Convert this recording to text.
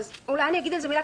אולי אגיד על זה מילה,